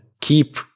keep